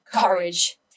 courage